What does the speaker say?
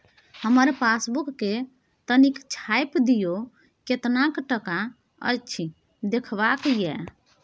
हमर पासबुक के तनिक छाय्प दियो, केतना टका अछि देखबाक ये?